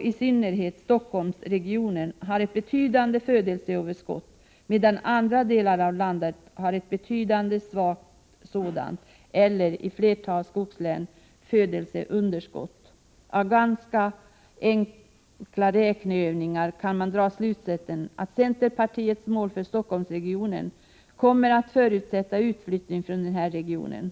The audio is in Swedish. i synnerhet Stockholmsregionen, har ett betydande födelseöverskott medan andra delar av landet har ett mycket svagt sådant eller, som flertalet skogslän, födelseunderskott. Av ganska enkla räkneövningar kan man dra slutsatsen att centerpartiets mål för Stockholmsregionen kommer att förutsätta utflyttning från den här regionen.